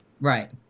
Right